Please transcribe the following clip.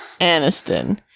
Aniston